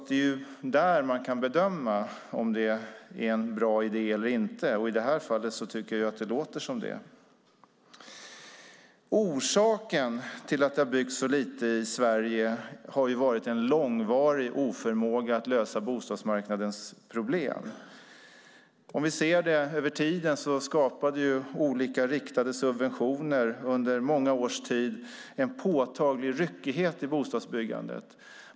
Det är alltså där man kan bedöma om det är en bra idé eller inte. I det här fallet tycker jag att det låter som det. Orsaken till att det har byggts så lite i Sverige har varit en långvarig oförmåga att lösa bostadsmarknadens problem. Om vi ser detta över tid skapade olika riktade subventioner under många års tid en påtaglig ryckighet i bostadsbyggandet.